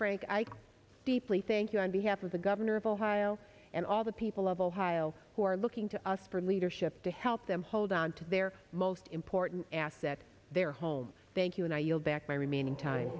frank i care deeply thank you on behalf of the governor of ohio and all the people of ohio who are looking to us for leadership to help them hold on to their most important that their home thank you and i yield back my remaining time